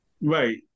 Right